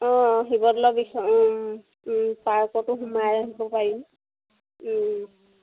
অঁ শিৱদ'লৰ বিষয় পাৰ্কতো সোমাই আহিব পাৰিম